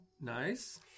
Nice